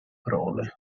prole